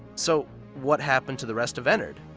so what happened to the rest of ennard?